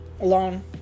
Alone